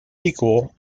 equal